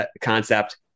concept